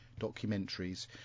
Documentaries